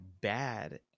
bad